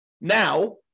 now